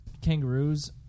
kangaroos